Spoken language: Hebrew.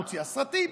מוציאה סרטים.